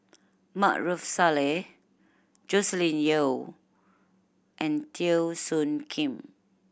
Maarof Salleh Joscelin Yeo and Teo Soon Kim